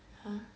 !huh!